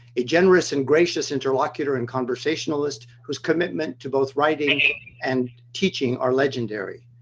a generous and gracious interlocutor and conversationalist whose commitment to both writing and teaching are legendary.